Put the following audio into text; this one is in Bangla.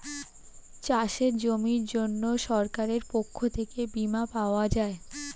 চাষের জমির জন্য সরকারের পক্ষ থেকে বীমা পাওয়া যায়